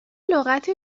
لغتی